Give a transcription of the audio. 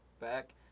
back